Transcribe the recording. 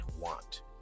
want